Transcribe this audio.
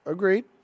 Agreed